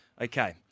Okay